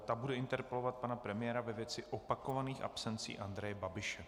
Ta bude interpelovat pana premiéra ve věci opakovaných absencí Andreje Babiše.